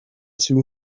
two